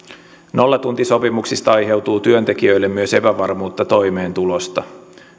nollatuntisopimuksista aiheutuu työntekijöille myös epävarmuutta toimeentulosta